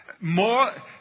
More